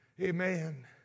Amen